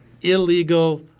illegal